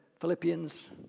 Philippians